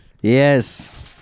Yes